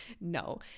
No